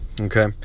Okay